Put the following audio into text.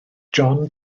john